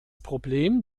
problem